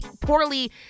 poorly